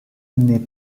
n’est